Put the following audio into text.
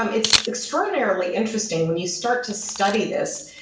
um it's extraordinarily interesting when you start to study this,